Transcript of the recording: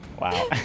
Wow